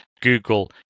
Google